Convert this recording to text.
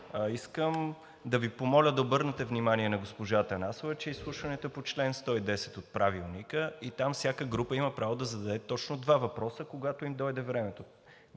Искам да Ви помоля да обърнете внимание на госпожа Атанасова, че изслушването е по чл. 110 от Правилника и там всяка група има право да зададе точно два въпроса, когато им дойде времето.